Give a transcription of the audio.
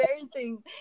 embarrassing